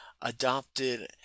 adopted